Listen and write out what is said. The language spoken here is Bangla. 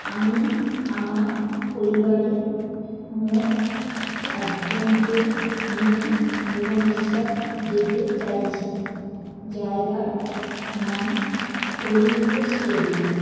আমি আমার পরিবারের মোট চারজনকে নিয়ে ভুবনেশ্বর যেতে চাইছি জায়গার নাম কলিঙ্গ স্টেডিয়াম